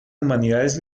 humanidades